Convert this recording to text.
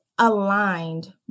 aligned